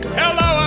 hello